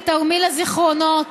בתרמיל הזיכרונות